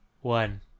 one